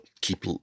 keep –